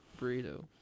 burrito